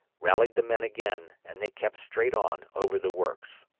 rallied the men again, and they kept straight on over the works.